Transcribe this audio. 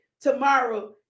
tomorrow